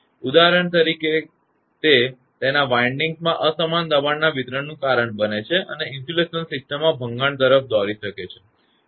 ઉદાહરણ તરીકે તે તેના વાઇન્ડિંસમાં અસમાન દબાણના વિતરણનું કારણ બને છે અને ઇન્સ્યુલેશન સિસ્ટમના ભંગાણ તરફ દોરી શકે છે